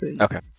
Okay